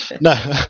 no